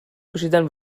پوشیدن